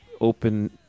open